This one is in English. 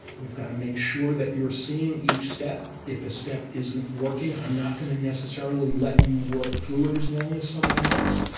we've got to make sure that you're seeing each step. if a step isn't working, i'm not going to necessarily let you work through it as long as someone else.